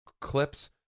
clips